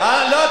לא,